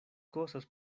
cosas